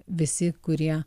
visi kurie